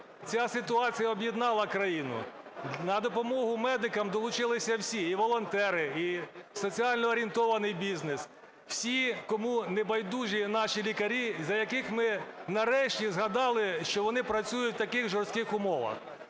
ця ситуація об'єднала країну. На допомогу медикам долучилися всі. І волонтери, і соціально-орієнтований бізнес. Всі, кому не байдужі наші лікарі, за яких ми нарешті згадали, що вони працюють в таких жорстких умовах.